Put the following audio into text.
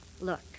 look